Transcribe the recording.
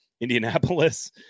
Indianapolis